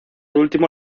último